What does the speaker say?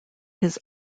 his